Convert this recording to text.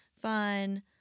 fun